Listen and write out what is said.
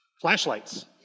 Flashlights